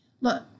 Look